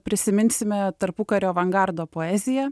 prisiminsime tarpukario avangardo poeziją